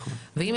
כרגע יש